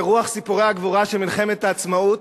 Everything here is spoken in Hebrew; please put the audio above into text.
ברוח סיפורי הגבורה של מלחמת העצמאות,